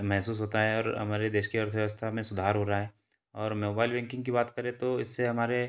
महसूस होता है और हमारे देश की अर्थव्यवस्था में सुधार हो रहा है और मोबाइल बैंकिंग की बात करें तो इससे हमारे